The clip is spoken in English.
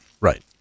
Right